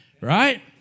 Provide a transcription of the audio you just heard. right